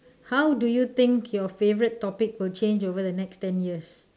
how do you think your favorite topic will change over the next ten years